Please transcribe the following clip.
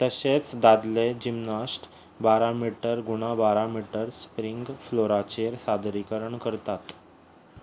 तशेंच दादले जिमनास्ट बारा मिटर गूण बारा मिटर स्प्रींग फ्लोराचेर सादरीकरण करतात